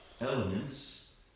Elements